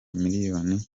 miliyoni